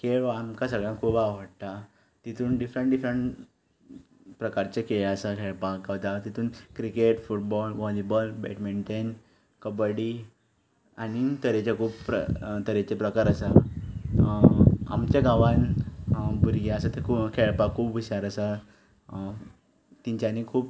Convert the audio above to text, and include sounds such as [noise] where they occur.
खेळ हो आमकां सगळ्यांक खूब आवडटा तितूंत डिफ्रंट डिफ्रंट प्रकारचे खेळ आसात खेळपाक [unintelligible] तितूंत cricket football volleyball badminton kabaddi आनीक तरेचे खूब तरेचे प्रकार आसा आमचे गांवांत भुरगे आसा ते खेळपाक खूब हुशार आसा तेंच्यांनी खूब